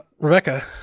Rebecca